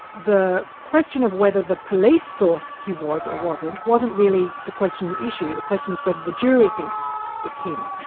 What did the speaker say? the question of whether the police thought he was or wasn't, wasn't really the question at issue, the question was whether the jury thinks it's him.